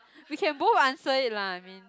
we can both answer it lah I mean